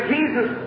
Jesus